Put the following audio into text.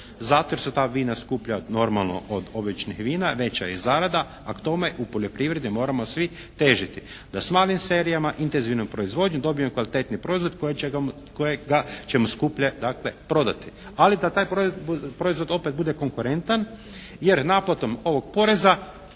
Zato jer su ta vina skuplja normalno od običnih vina, veća je zarada, a k tome u poljoprivredi moramo svi težiti da s malim serijama, intenzivnom proizvodnjom dobijemo kvalitetniji proizvod kojega ćemo skuplje dakle prodati, ali da taj proizvod opet bude konkurentan jer naplatom ovog poreza